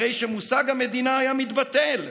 הרי שמושג המדינה היה מתבטל.